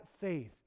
faith